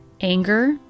anger